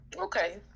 Okay